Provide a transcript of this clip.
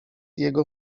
jego